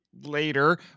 later